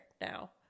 now